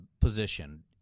position